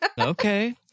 Okay